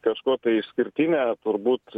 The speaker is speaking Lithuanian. kažkuo išskirtinė turbūt